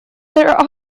there